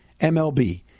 MLB